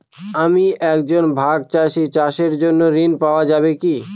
আমি একজন ভাগ চাষি চাষের জন্য ঋণ পাওয়া যাবে কি?